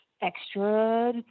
extra